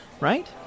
right